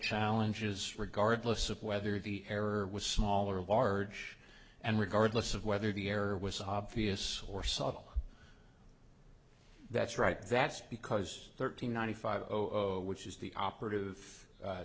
challenges regardless of whether the error was small or large and regardless of whether the error was obvious or subtle that's right that's because thirteen ninety five which is the operative